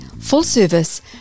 full-service